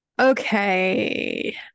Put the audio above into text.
Okay